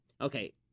Okay